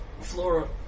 Flora